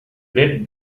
great